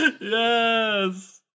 Yes